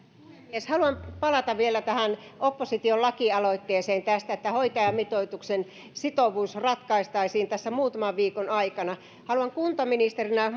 puhemies haluan palata vielä tähän opposition lakialoitteeseen tästä että hoitajamitoituksen sitovuus ratkaistaisiin tässä muutaman viikon aikana haluan kuntaministerinä